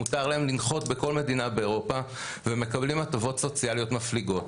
מותר להם לנחות בכל מדינה באירופה והם מקבלים הטבות סוציאליות מפליגות,